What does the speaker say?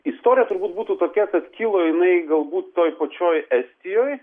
istorija turbūt būtų tokia kad kylo jinai galbūt toj pačioj estijoj